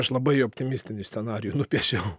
aš labai optimistinį scenarijų nupiešiau